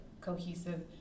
cohesive